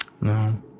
No